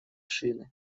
шины